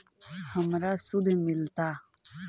हमरा शुद्ध मिलता?